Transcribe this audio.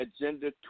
Agenda